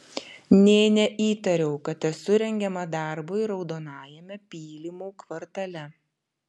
nė neįtariau kad esu rengiama darbui raudonajame pylimų kvartale